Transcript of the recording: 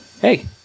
hey